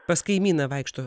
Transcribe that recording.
pas kaimyną vaikšto